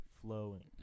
flowing